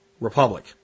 republic